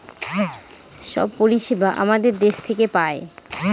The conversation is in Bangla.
সব পরিষেবা আমাদের দেশ থেকে পায়